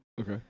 Okay